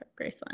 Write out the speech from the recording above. Graceland